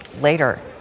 later